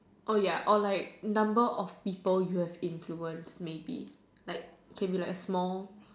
ya or like number of people you have influenced maybe like can be like a small